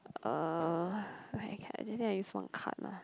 uh like I think I just want cut lah